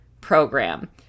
program